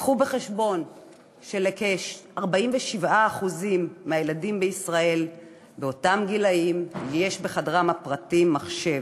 והביאו בחשבון שלכ-47% מהילדים בישראל באותם גילים יש בחדרם הפרטי מחשב,